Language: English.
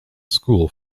school